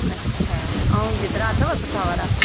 अच्छा ऐं गिदरा अथव सुठा वारा